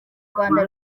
rwanda